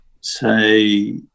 say